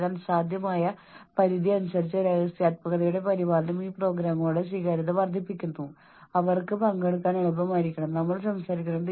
അതിനാൽ നിങ്ങൾ വികാരങ്ങൾ ഉയർത്താൻ കഴിയുന്ന സമ്മർദ്ദത്തിന്റെ അളവ് വർദ്ധിപ്പിക്കുന്ന സാഹചര്യങ്ങൾ ഒഴിവാക്കാൻ തുടങ്ങുന്നു